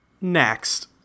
Next